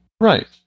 right